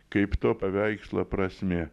kaip to paveikslo prasmė